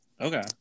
Okay